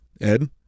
Ed